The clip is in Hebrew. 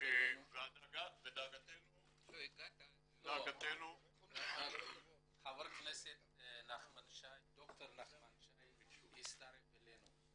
ודאגתנו --- חבר הכנסת ד"ר נחמן שי הצטרף אלינו.